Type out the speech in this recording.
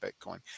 bitcoin